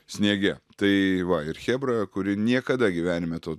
sniege tai va ir chebra kuri niekada gyvenime to